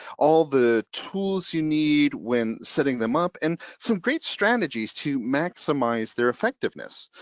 all the tools you need when setting them up and some great strategies to maximize their effectiveness.